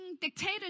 dictator